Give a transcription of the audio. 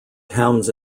towns